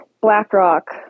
BlackRock